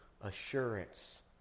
assurance